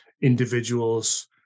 individuals